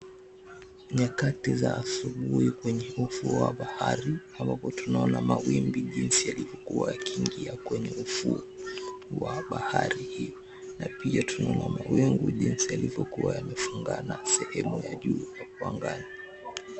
Nyakati za asubui kwenye ufuo wa bahari ambapo tunaona mawimbi jinsi yalivyokuwa yakiingia kwenye ufuo wa bahari hiyo na pia tunaona mawingu jinsi yalivyokuwa yamefungana sehemu ya juu hapo angani.